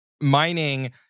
mining